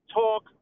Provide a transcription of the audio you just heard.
talk